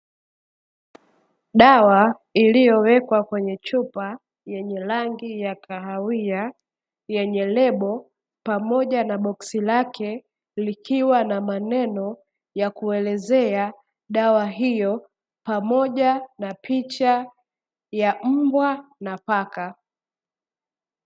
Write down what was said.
Dawa iliyowekwa kwenye chupa yenye rangi ya kahawia, yenye lebo pamoja na boksi lake likiwa na maneno yameandikwa kuelezea dawa hiyo pamoja na picha ya mbwa na paka.